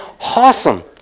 Awesome